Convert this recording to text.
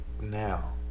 Now